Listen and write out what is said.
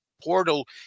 Portal